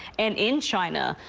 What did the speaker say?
and in china,